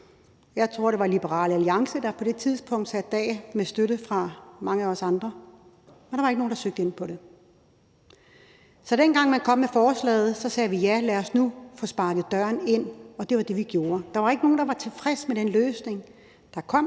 Jeg tror, det var Liberal Alliance, der er på det tidspunkt satte dem af med støtte fra mange af os andre, men der var ikke nogen, der søgte om pengene. Så dengang man kom med forslaget, sagde vi: Ja, lad os nu få sparket døren ind. Og det var det, vi gjorde. Der var ikke nogen, der var tilfreds med den løsning, der kom,